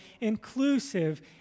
inclusive